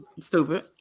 Stupid